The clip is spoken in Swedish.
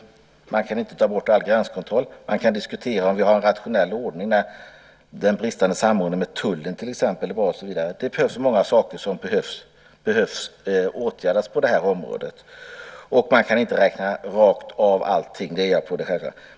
Man kan inte ta bort all gränskontroll. Man kan diskutera om vi har en rationell ordning, och om den bristande samordningen med till exempel tullen är bra. Det är många saker som behöver åtgärdas på detta område. Och man kan inte räkna allting rakt av.